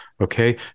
Okay